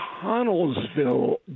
Connellsville